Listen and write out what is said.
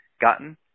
gotten